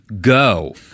Go